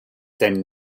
then